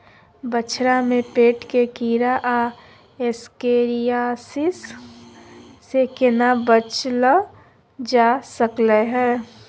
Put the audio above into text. बछरा में पेट के कीरा आ एस्केरियासिस से केना बच ल जा सकलय है?